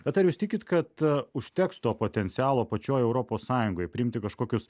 bet ar jūs tikit kad užteks to potencialo pačioj europos sąjungoj priimti kažkokius